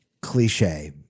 cliche